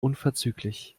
unverzüglich